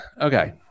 Okay